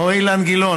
אוה, אילן גילאון,